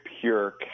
pure